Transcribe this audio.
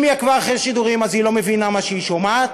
אם היא עקבה אחרי השידורים אז היא לא מבינה מה שהיא שומעת,